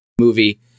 Movie